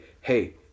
Hey